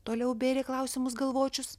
toliau bėrė klausimus galvočius